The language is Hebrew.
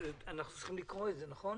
אנחנו צריכים לקרוא את זה, נכון?